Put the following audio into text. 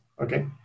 Okay